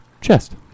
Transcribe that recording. chest